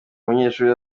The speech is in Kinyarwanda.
umunyeshuri